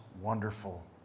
wonderful